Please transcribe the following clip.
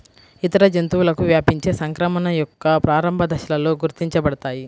ఇతర జంతువులకు వ్యాపించే సంక్రమణ యొక్క ప్రారంభ దశలలో గుర్తించబడతాయి